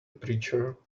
preacher